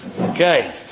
Okay